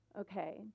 Okay